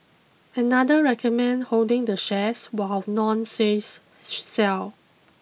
another recommend holding the shares while none says sell